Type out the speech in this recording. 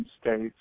states